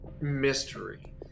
mystery